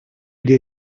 dear